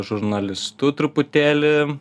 žurnalistu truputėlį